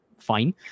fine